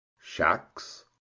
shacks